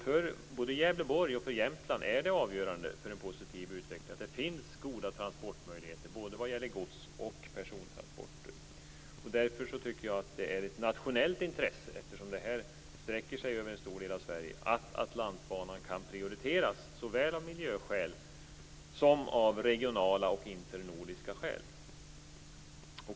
För både Gävleborg och Jämtland är det avgörande för en positiv utveckling att det finns goda transportmöjligheter vad gäller både gods och persontransporter. Eftersom en stor del av Sverige berörs tycker jag att det, såväl av miljöskäl som av regionala och internordiska skäl, är av nationellt intresse att Atlantbanan kan prioriteras.